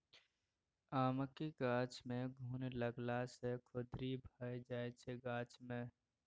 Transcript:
आमक गाछ मे घुन लागला सँ खोदरि भए जाइ छै गाछ मे